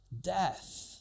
death